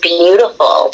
beautiful